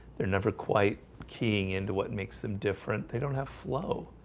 they're never quite keying into what makes them different. they don't have flow